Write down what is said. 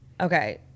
okay